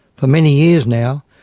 for many years now,